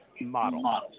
Model